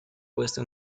puesto